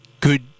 good